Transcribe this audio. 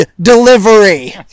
delivery